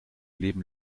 leben